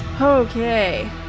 Okay